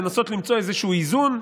לנסות למצוא איזשהו איזון.